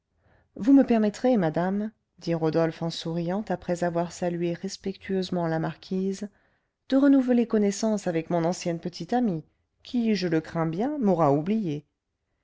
vous me permettrez madame dit rodolphe en souriant après avoir salué respectueusement la marquise de renouveler connaissance avec mon ancienne petite amie qui je le crains bien m'aura oublié